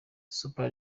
super